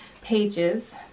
pages